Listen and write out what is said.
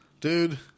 Dude